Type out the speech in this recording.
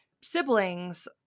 siblings